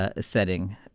setting